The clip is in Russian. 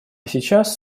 сейчас